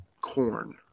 Corn